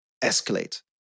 escalate